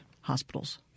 hospitals